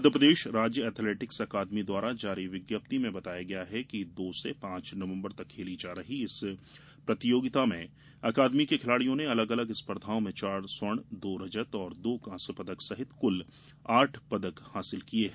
मध्यप्रदेश राज्य एथलेटिक्स अकादमी द्वारा जारी विज्ञप्ति में बताया गया कि दो से पांच नवंबर तक खेली जा रही है इस प्रतियोगिता में अकादमी के खिलाडियों ने अलग अलग स्पर्धाओं में चार स्वर्ण दो रजत और दो कांस्य पदक सहित कल आठ पदक जीते हैं